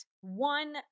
one